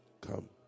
Come